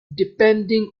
depending